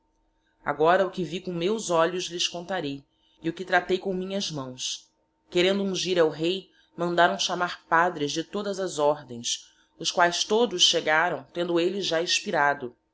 agora o que vi com meus olhos lhes contarei e o que tratei com minhas mãos querendo ungir el rei mandáraõ chamar padres de todallas ordens os quaes todos chegáraõ tendo elle já espirado